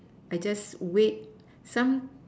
I just wait some